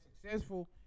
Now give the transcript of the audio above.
successful